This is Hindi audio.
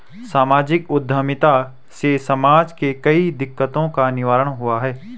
सामाजिक उद्यमिता से समाज के कई दिकक्तों का निवारण हुआ है